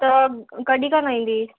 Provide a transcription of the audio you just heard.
त कॾहिं कान ईंदी